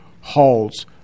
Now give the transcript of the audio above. halls